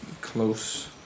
close